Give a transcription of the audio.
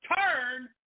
turn